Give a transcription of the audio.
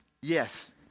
Yes